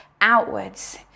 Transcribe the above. outwards